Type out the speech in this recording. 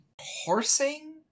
horsing